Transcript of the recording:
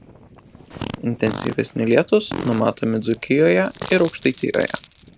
intensyvesni lietūs numatomi dzūkijoje ir aukštaitijoje